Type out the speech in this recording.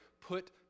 put